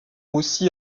aussi